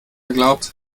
glaubt